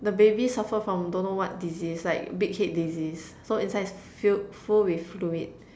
the baby suffer from don't know what disease like big head disease so inside is filled full with fluid